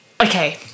Okay